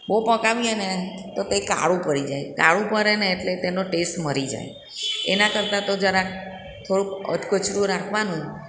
બહુ પકાવીએને તો તે કાળું પડી જાય કાળું પડે ને એટલે તેનો ટેસ મરી જાય એના કરતાં તો જરાક થોડુંક અધકચરું રાખવાનું